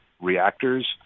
reactors